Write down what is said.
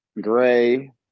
Gray